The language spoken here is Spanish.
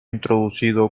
introducido